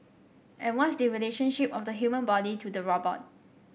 and what's the relationship of the human body to the robot